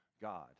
God